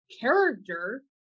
character